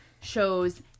shows